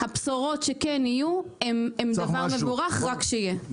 הבשורות שיהיו הן דבר מבורך, רק שיהיה.